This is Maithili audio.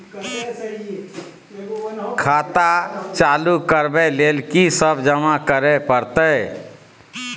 खाता चालू करबै लेल की सब जमा करै परतै?